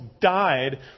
died